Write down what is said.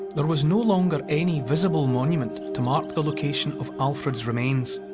there was no longer any visible monument to mark the location of alfred's remains.